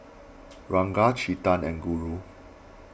Ranga Chetan and Guru